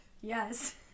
yes